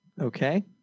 Okay